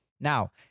Now